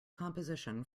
composition